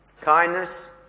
kindness